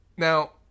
now